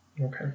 Okay